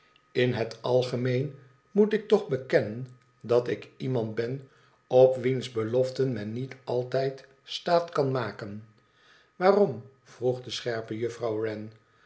fin het algemeen moet ik toch bekennen dat ik iemand ben op wiens beloften men niet altijd staat kan maken waarom vroeg de scherpe juffrouw